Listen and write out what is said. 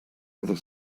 other